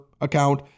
account